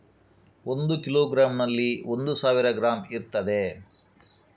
ಒಂದು ಕಿಲೋಗ್ರಾಂನಲ್ಲಿ ಒಂದು ಸಾವಿರ ಗ್ರಾಂ ಇರ್ತದೆ